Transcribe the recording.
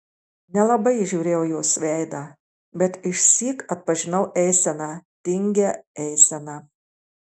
nelabai įžiūrėjau jos veidą bet išsyk atpažinau eiseną tingią eiseną